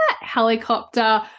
helicopter